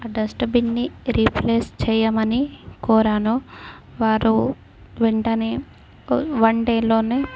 ఆ డస్ట్బిన్ని రీప్లేస్ చేయమని కోరాను వారు వెంటనే వన్ డేలో